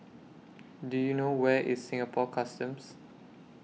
Do YOU know Where IS Singapore Customs